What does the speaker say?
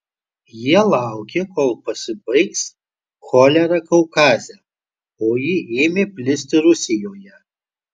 jie laukė kol pasibaigs cholera kaukaze o ji ėmė plisti rusijoje